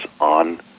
on